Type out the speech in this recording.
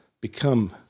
become